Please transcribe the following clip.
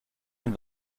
den